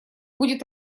будет